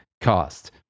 cost